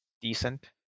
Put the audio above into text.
decent